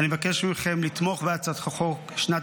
אני מבקש מכם לתמוך בהצעת חוק שנת